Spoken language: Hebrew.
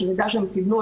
שלגבי מידע שהם קיבלו,